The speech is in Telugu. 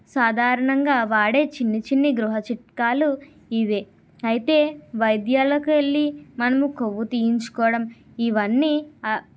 సాధారణంగా వాడే చిన్ని చిన్ని గృహ చిట్కాలు ఇవే అయితే వైద్యాలకు వెళ్ళి మనం కొవ్వు తీయించుకోవడం ఇవన్నీ